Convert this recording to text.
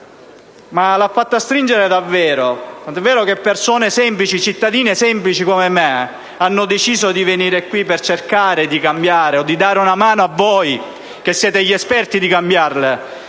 lo ha fatto davvero; tanto è vero che persone semplici, cittadini semplici come me hanno deciso di venire qui per cercare di cambiare o di dare una mano a voi che siete esperti nel cambiare